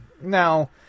Now